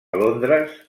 londres